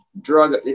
drug